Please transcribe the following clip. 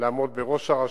לעמוד בראש הרשות.